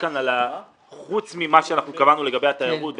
חוץ ממה שקבענו לגבי התיירות,